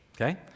okay